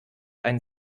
einen